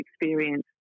experience